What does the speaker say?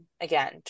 again